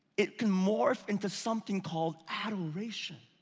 it can morph into something called adoration.